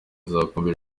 zakomeje